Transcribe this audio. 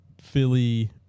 philly